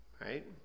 Right